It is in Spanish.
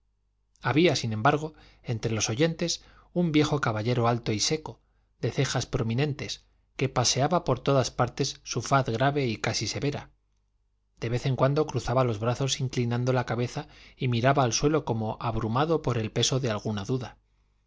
había sin embargo entre los oyentes un viejo caballero alto y seco de cejas prominentes que paseaba por todas partes su faz grave y casi severa de vez en cuando cruzaba los brazos inclinando la cabeza y miraba al suelo como abrumado por el peso de alguna duda